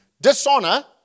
Dishonor